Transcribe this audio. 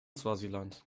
swasiland